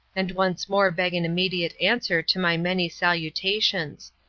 and once more beg an immediate answer to my many salutations.